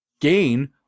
gain